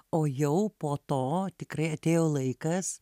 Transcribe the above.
o jau po to tikrai atėjo laikas